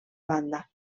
banda